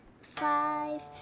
five